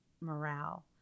morale